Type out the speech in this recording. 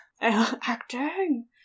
Acting